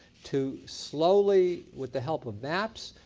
to slowly, with the help of maps,